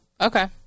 Okay